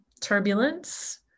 turbulence